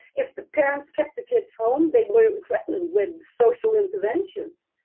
if the parents kept the kids home. they were threatened with social interventions.